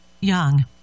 young